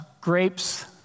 grapes